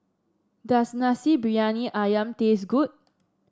does Nasi Briyani ayam taste good